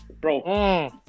Bro